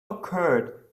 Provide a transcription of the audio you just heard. occurred